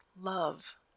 love